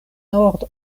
nord